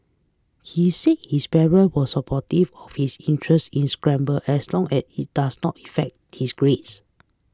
he said his parent were supportive of his interest in scrabble as long as it does not affect his grades